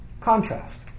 Contrast